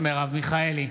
מרב מיכאלי,